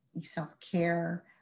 self-care